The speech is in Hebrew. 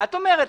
- את אומרת,